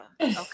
Okay